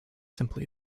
simply